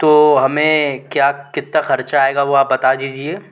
तो हमें क्या कितना ख़र्च आएगा वो आप बता दीजिए